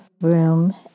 room